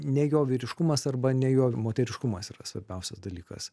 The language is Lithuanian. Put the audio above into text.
ne jo vyriškumas arba ne jo moteriškumas yra svarbiausias dalykas